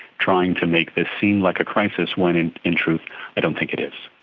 trying to make this seem like a crisis when in in truth i don't think it is.